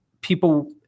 people